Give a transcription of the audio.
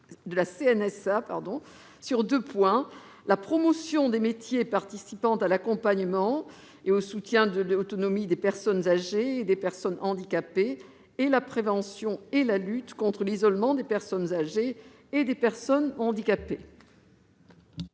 de la CNSA sur deux points : la promotion des métiers participant à l'accompagnement et au soutien à l'autonomie des personnes âgées et des personnes handicapées et la prévention et la lutte contre l'isolement de ces personnes. Les trois amendements suivants